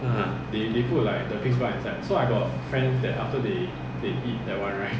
!huh!